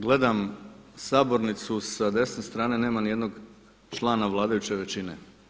Gledam sabornicu sa desne strane nema nijednog člana vladajuće većine.